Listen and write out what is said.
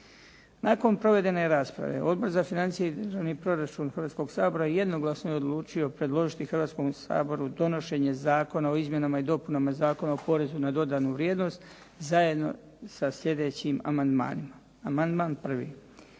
Nakon provedene rasprave Odbor za financije i državni proračun Hrvatskoga sabora jednoglasno je odlučio predložiti Hrvatskome saboru donošenje Zakona o izmjenama i dopunama Zakona o porezu na dodanu vrijednost, zajedno sa sljedećim amandmanima. Amandman 1.,